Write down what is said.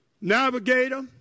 navigator